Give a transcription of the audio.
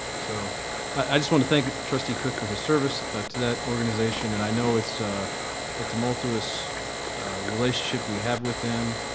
so i just wanted to thank trustee cook for his service to that organization and i know it's a tumultuous relationship we have with them.